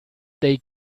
they